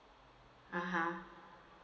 (uh huh)